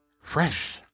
Fresh